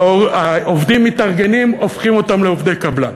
העובדים מתארגנים, הופכים אותם לעובדי קבלן.